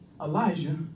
Elijah